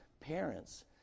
parents